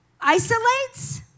isolates